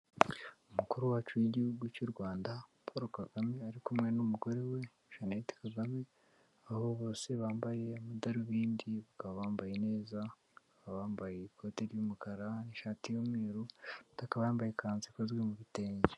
Umukuru wacu w'igihugu cy'u Rwanda, Paul KAGAME, ari kumwe n'umugore we, Jeannette KAGAME, aho bose bambaye amadarubindi, bakaba mbaye neza, bambaye ikote ry'umukara n'ishati y'umweru bambaye ikanzu ikozwe mu ibitenge.